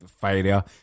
failure